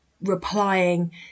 replying